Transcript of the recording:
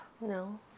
No